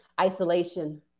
Isolation